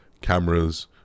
cameras